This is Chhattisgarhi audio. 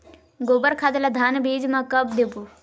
गोबर खाद ला धान बीज म कब देबो?